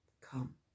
Come